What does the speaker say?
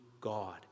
God